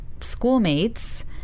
schoolmates